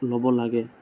ল'ব লাগে